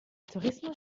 tourismus